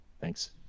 Thanks